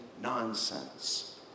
nonsense